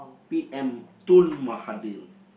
P_M Tun Mahathir